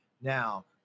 Now